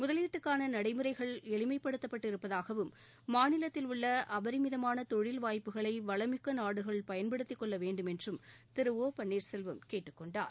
முதலீட்டுக்கான நடைமுறைகள் எளிமைப்படுத்தப்பட்டு இருப்பதாகவும் நிறுவனங்கள் மாநிலத்தில் உள்ள அபரிமிதமான தொழில் வாய்ப்புகளை வளமிக்க நாடுகள் பயன்படுத்திக் கொள்ள வேண்டும் என்றும் கேட்டுக்கொண்டார்